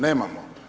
Nemamo.